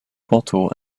bottle